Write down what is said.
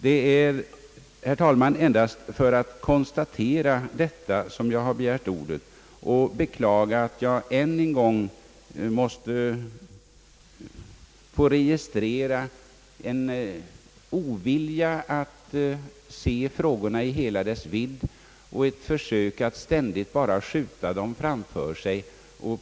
Det är, herr talman, endast för att konstatera detta som jag har begärt ordet. Jag beklagar att jag än en gång måste registrera en oförmåga att se frå gorna i hela deras vidd och ett försök att ständigt bara skjuta dem framför sig.